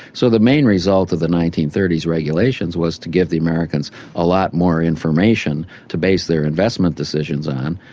so the main result of the nineteen thirty s regulations was to give the americans a lot more information to base their investment decisions on,